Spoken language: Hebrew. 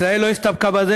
ישראל לא הסתפקה בזה,